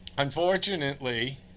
Unfortunately